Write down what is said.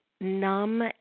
numb